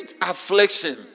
affliction